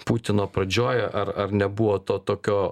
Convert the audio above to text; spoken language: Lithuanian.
putino pradžioj ar ar nebuvo tokio